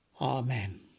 Amen